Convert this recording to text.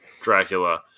Dracula